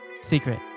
secret